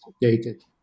dated